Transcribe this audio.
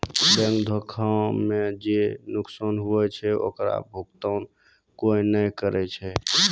bank धोखा मे जे नुकसान हुवै छै ओकरो भुकतान कोय नै करै छै